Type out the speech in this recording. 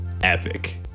epic